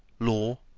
law,